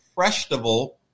festival